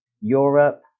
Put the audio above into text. Europe